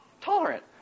tolerant